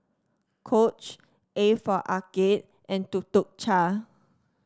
Coach A for Arcade and Tuk Tuk Cha